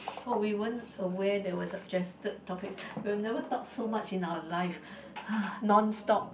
oh we weren't aware there were suggested topics we've never talk so much in our life (hah) non stop